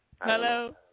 Hello